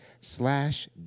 slash